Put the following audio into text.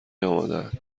آمادهاند